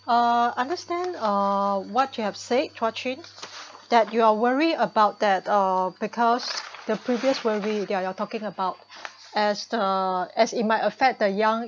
uh understand uh what you have said Chua-Chin that you are worry about that uh because the previous worry you you're talking about as the as it might affect the young